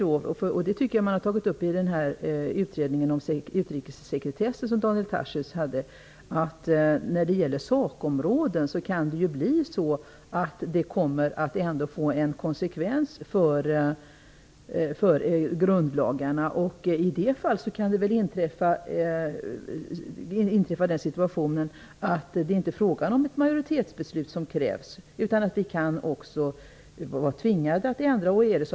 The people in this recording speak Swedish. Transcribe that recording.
Daniel Tarschys sade i utredningen om utrikessekretessen att det när det gäller sakområden kan bli konsekvenser för grundlagarna. I det fallet kan den situationen inträffa att det inte är fråga om att det krävs ett majoritetsbeslut, utan vi kan också vara tvingade att ändra grundlagen.